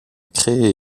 créé